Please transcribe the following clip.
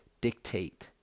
dictate